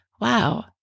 wow